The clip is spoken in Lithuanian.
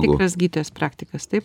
tikras gydytojas praktikas taip